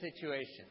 situation